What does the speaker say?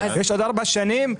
יש עוד ארבע שנים,